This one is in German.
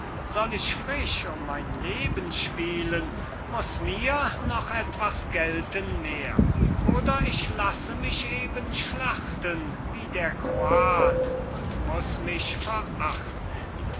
soll ich frisch um mein leben spielen muß mir noch etwas gelten mehr oder ich lasse mich eben schlachten wie der kroat und muß mich verachten